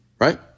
right